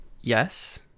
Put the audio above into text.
Yes